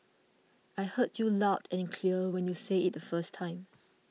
I heard you loud and clear when you said it the first time